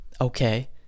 Okay